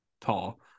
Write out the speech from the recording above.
tall